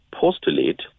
postulate